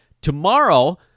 tomorrow